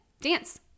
Dance